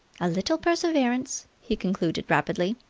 a little perseverance, he concluded rapidly,